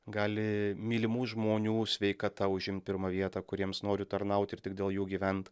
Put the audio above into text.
gali mylimų žmonių sveikata užimt pirmą vietą kuriems noriu tarnaut ir tik dėl jų gyvent